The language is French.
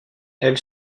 elle